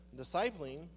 discipling